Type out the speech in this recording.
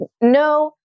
no